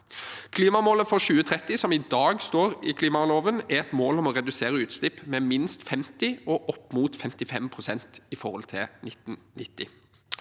Klimamålet for 2030 som i dag står i klimaloven, er et mål om å redusere utslipp med minst 50 pst. og opp mot 55 pst. i forhold til 1990.